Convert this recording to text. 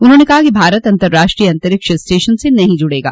उन्होंने कहा कि भारत अन्तराष्ट्रीय अंतरिक्ष स्टेशन से नहीं जुड़ेगा